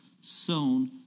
sown